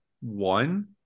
one